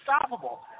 unstoppable